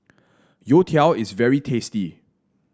youtiao is very tasty